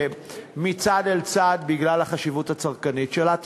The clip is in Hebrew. לתמוך בה מצד אל צד בגלל החשיבות הצרכנית שלה.